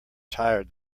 tired